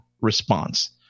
response